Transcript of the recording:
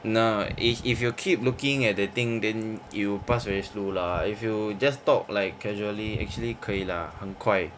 !hanna! if if you keep looking at the thing then you pass very slow lah if you just talk like casually actually 可以 lah 很快